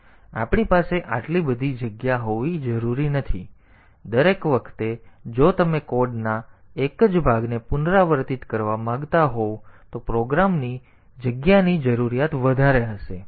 તેથી આપણી પાસે આટલી બધી જગ્યા હોવી જરૂરી નથી દરેક વખતે જો તમે કોડના એક જ ભાગને પુનરાવર્તિત કરવા માંગતા હોવ તો પ્રોગ્રામની જગ્યાની જરૂરિયાત વધારે હશે